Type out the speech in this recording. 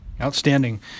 Outstanding